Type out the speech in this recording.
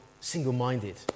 single-minded